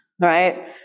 right